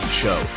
show